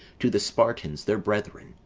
to the spartans, their brethren,